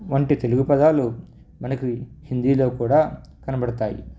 వంటి తెలుగు పదాలు మనకు హిందీలో కూడా కనబడుతాయి